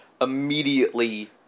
immediately